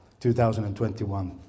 2021